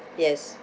yes